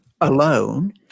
alone